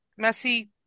Messi